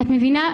את מבינה?